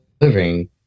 living